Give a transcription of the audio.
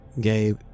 Gabe